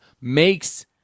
makes